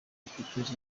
afite